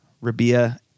Rabia